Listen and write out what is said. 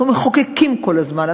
אנחנו מחוקקים כל הזמן,